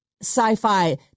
sci-fi